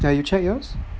ya you check yours